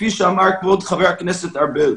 כמו שאמר כבוד ח"כ ארבל,